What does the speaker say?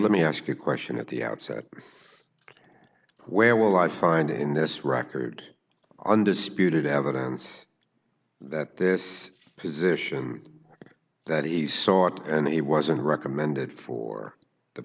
let me ask you a question at the outset where will i find in this record undisputed evidence that this position that he sought and it wasn't recommended for the